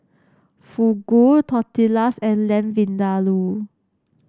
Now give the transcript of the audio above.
Fugu Tortillas and Lamb Vindaloo